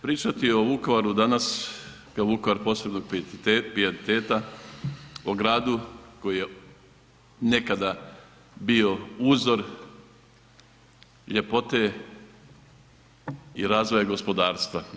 Pričati o Vukovaru danas kao Vukovara posebnog pijeteta o gradu koji je nekada bio uzor ljepote i razvoja gospodarstva.